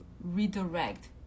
redirect